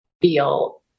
feel